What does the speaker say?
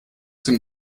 dem